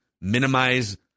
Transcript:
minimize